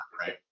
right